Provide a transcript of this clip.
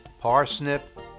parsnip